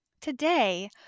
Today